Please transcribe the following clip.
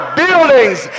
buildings